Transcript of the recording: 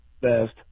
best